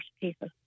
people